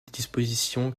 disposition